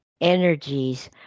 energies